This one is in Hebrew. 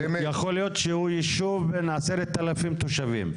יכול להיות שהוא ישוב עם עשרת אלפים תושבים.